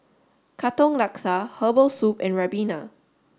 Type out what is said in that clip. Katong Laksa Herbal Soup and Ribena